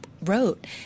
wrote